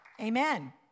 Amen